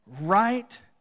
right